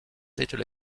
little